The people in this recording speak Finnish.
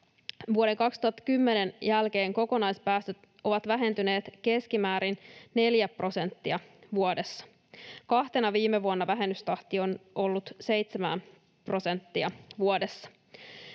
vuoden 2010 jälkeen kokonaispäästöt ovat vähentyneet keskimäärin 4 prosenttia vuodessa. Kahtena viime vuonna vähennystahti on ollut 7 prosenttia vuodessa.